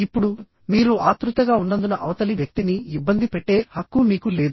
ఇప్పుడు మీరు ఆత్రుతగా ఉన్నందున అవతలి వ్యక్తిని ఇబ్బంది పెట్టే హక్కు మీకు లేదు